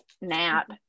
nap